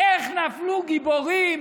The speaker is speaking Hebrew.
איך נפלו גיבורים.